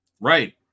Right